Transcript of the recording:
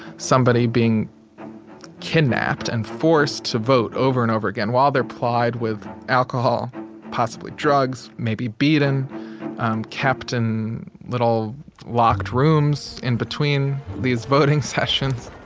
somebody being kidnapped and forced to vote. over and over again while they're plied with alcohol possibly drugs maybe beaten captain little locked rooms in between these voting sessions.